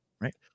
right